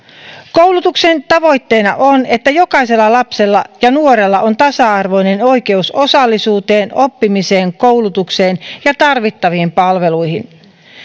koulutuksen tavoitteena on että jokaisella lapsella ja nuorella on tasa arvoinen oikeus osallisuuteen oppimiseen koulutukseen ja tarvittaviin palveluihin